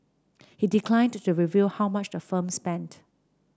he declined to reveal how much the firm spent